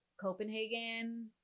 copenhagen